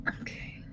Okay